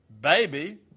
baby